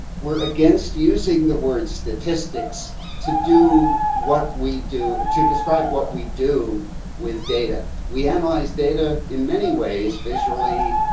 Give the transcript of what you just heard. were against using the word statistics to do what we do to describe what we do with data. we analyze data in many ways visually.